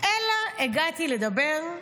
אלא הגעתי לדבר,